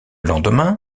lendemain